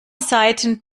seiten